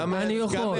אני יכול.